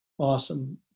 awesome